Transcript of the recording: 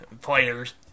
players